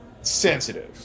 sensitive